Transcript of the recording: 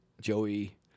Joey